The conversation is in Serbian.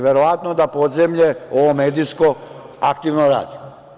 Verovatno da podzemlje ovo medijsko aktivno radi.